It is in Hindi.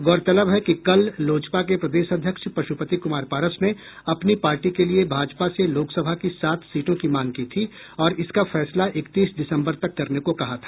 गौरतलब है कि कल लोजपा के प्रदेश अध्यक्ष पशुपति कुमार पारस ने अपनी पार्टी के लिये भाजपा से लोकसभा की सात सीटों की मांग की थी और इसका फैसला इकतीस दिसम्बर तक करने को कहा था